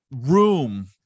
room